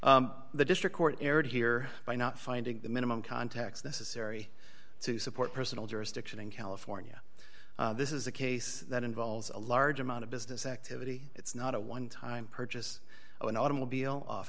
honour's the district court erred here by not finding the minimum context necessary to support personal jurisdiction in california this is a case that involves a large amount of business activity it's not a one time purchase of an automobile off